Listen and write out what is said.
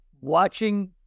watching